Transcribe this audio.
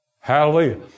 Hallelujah